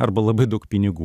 arba labai daug pinigų